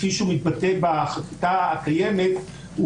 כפי שהוא מתבטא בחקיקה הקיימת,